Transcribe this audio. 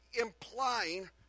implying